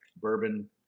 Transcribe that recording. Bourbon